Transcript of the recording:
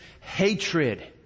hatred